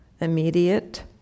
immediate